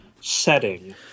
setting